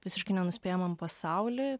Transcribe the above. visiškai nenuspėjamam pasauly